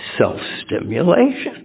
self-stimulation